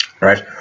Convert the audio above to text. right